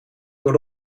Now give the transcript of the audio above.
door